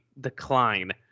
decline